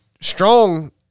strong